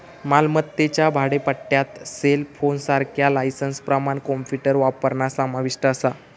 मालमत्तेच्या भाडेपट्ट्यात सेलफोनसारख्या लायसेंसप्रमाण कॉम्प्युटर वापरणा समाविष्ट असा